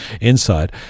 inside